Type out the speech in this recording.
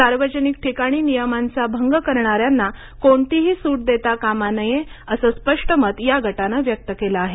सार्वजनिक ठिकाणी नियमांचा भंग करणाऱ्यांना कोणतीही सूट देता कामा नये असं स्पष्ट मत या गटानं व्यक्त केलं आहे